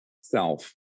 self